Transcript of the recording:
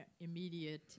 immediate